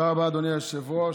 תודה רבה, אדוני היושב-ראש.